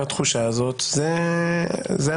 לתחושה הזאת זה הממשלה,